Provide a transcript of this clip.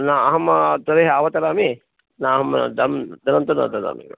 न अहं अत्रैव अवतरामि न अहं दं धनं तु न ददामि